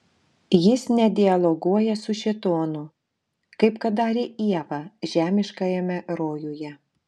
jis nedialoguoja su šėtonu kaip kad darė ieva žemiškajame rojuje